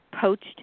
poached